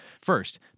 first